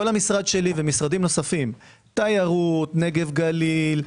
כל המשרד שלי ומשרדים נוספים - תיירות, נגב גליל,